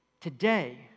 today